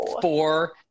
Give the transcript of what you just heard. four